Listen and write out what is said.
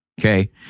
okay